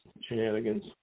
shenanigans